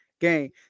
game